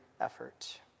effort